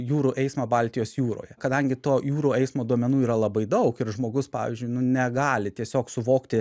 jūrų eismą baltijos jūroje kadangi to jūrų eismo duomenų yra labai daug ir žmogus pavyzdžiui nu negali tiesiog suvokti